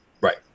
Right